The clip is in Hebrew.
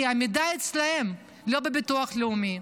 כי המידע אצלם ולא בביטוח הלאומי.